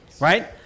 right